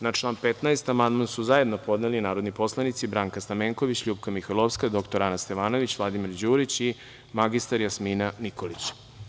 Na član 15. amandman su zajedno podneli narodni poslanici Branka Stamenković, LJupka Mihajlovska, dr Ana Stevanović, Vladimir Đurić i mr Jasmina Nikolić.